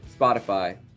Spotify